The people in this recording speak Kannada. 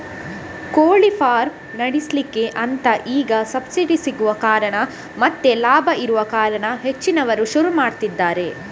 ಕೋಳಿ ಫಾರ್ಮ್ ನಡೆಸ್ಲಿಕ್ಕೆ ಅಂತ ಈಗ ಸಬ್ಸಿಡಿ ಸಿಗುವ ಕಾರಣ ಮತ್ತೆ ಲಾಭ ಇರುವ ಕಾರಣ ಹೆಚ್ಚಿನವರು ಶುರು ಮಾಡಿದ್ದಾರೆ